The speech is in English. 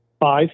five